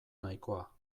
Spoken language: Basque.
nahikoa